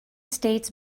states